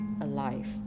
alive